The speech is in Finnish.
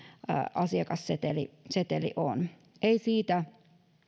asiakasseteli on ei siitä